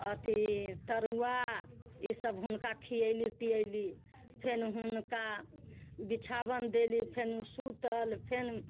अथी तरुआ ई सब हुनका खीयली पीयली फेन हुनका बिछावन देली फेन उ सुतल फेन